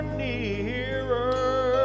nearer